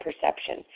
perception